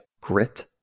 grit